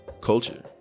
culture